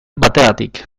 bategatik